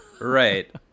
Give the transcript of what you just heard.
Right